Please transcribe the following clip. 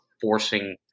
forcing